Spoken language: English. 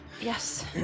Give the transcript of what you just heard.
Yes